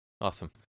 Awesome